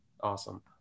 Awesome